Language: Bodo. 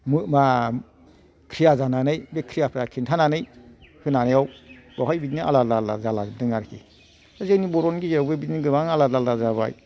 मो मा ख्रिया जानानै बे ख्रियाफ्रा खिन्थानानै होनायाव बेवहाय आलादा आलादा जाला जोबदों आरिखि जोंनि बर'नि गेजेरावबो बिदिनो गोबां आलादा आलादा जाबाय